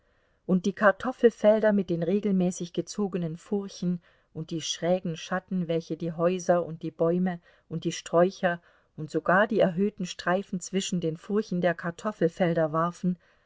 und die kartoffelfelder mit den regelmäßig gezogenen furchen und die schrägen schatten welche die häuser und die bäume und die sträucher und sogar die erhöhten streifen zwischen den furchen der kartoffelfelder warfen